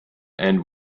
end